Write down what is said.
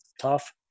tough